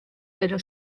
pero